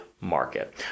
market